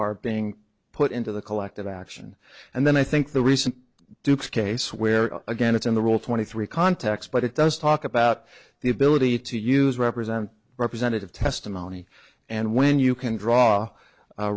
are being put into the collective action and then i think the recent dukes case where again it's in the rule twenty three context but it does talk about the ability to use represent representative testimony and when you can draw a